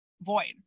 void